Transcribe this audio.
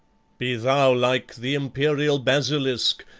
be thou like the imperial basilisk,